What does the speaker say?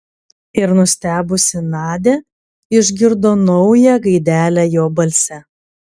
ir nustebusi nadia išgirdo naują gaidelę jo balse